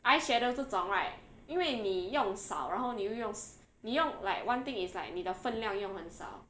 eye shadow 这种 right 因为你用少然后你又用你用 like one thing is like 你的分量用很少